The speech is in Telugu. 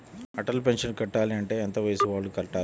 అటల్ పెన్షన్ కట్టాలి అంటే ఎంత వయసు వాళ్ళు కట్టాలి?